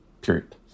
period